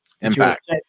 Impact